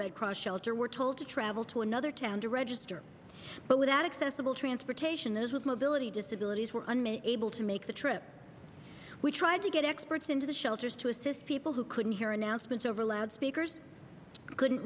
red cross shelter were told to travel to another town to register but without excessive ill transportation those with mobility disabilities were unable to make the trip we tried to get experts into the shelters to assist people who couldn't hear announcements over loudspeakers couldn't